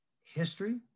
history